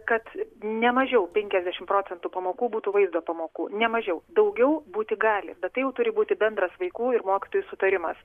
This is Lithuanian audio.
kad nemažiau penkiasdešimt procentų pamokų būtų vaizdo pamokų ne mažiau daugiau būti gali bet tai turi būti bendras vaikų ir mokytojų sutarimas